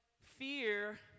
fear